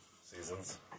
seasons